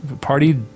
Party